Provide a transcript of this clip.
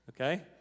Okay